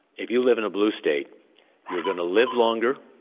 if you live in a blue state you're going to live longer,